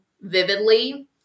vividly